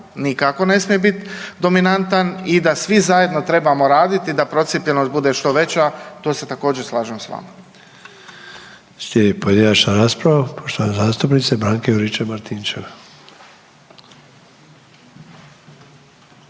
nikako ne smije bit dominantan i da svi zajedno trebamo raditi da procijepljenost bude što veća, tu se također slažem s vama. **Sanader, Ante (HDZ)** Slijedi pojedinačna rasprava poštovane zastupnice Branke Juričev-Martinčev.